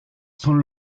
son